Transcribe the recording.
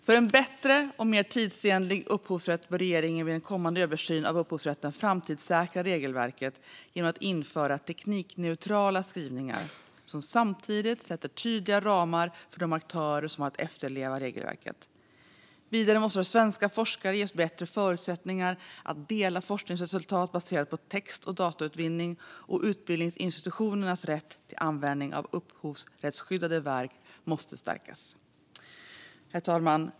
För en bättre och mer tidsenlig upphovsrätt bör regeringen vid en kommande översyn av upphovsrätten framtidssäkra regelverket genom att införa teknikneutrala skrivningar som samtidigt sätter tydliga ramar för de aktörer som har att efterleva regelverket. Vidare måste svenska forskare ges bättre förutsättningar att dela forskningsresultat baserat på text och datautvinning, och utbildningsinstitutionernas rätt till användning av upphovsrättsskyddade verk måste stärkas. Herr talman!